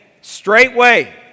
straightway